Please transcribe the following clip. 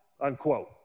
unquote